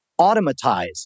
automatize